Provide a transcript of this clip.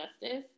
justice